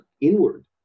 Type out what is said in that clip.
inward